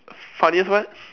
funniest what